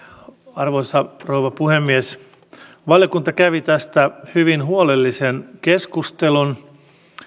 arvoisa rouva puhemies valiokunta kävi tästä hyvin huolellisen keskustelun